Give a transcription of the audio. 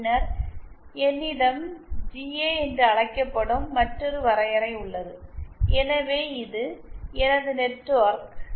பின்னர் என்னிடம் ஜிஏ என்று அழைக்கப்படும் மற்றொரு வரையறை உள்ளது எனவே இது எனது நெட்வொர்க்